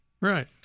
right